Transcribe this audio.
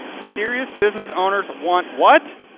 serious business owners want, what?